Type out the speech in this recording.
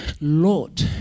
Lord